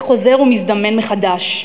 וחוזר ומזדמן מחדש,